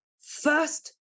First